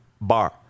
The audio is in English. bar